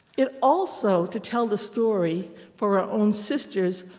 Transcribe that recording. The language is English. it also, to tell the story for our own sisters,